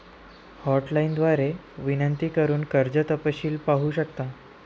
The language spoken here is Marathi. हॉटलाइन द्वारे विनंती करून कर्ज तपशील पाहू शकता